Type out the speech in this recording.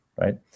right